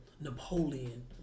Napoleon